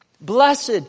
Blessed